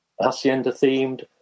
Hacienda-themed